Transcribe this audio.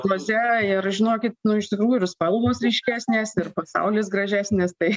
doze ir žinokit nu iš tikrųjų ir spalvos ryškesnės ir pasaulis gražesnis tai